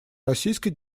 российской